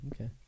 okay